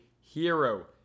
hero